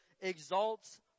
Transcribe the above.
exalts